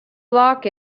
block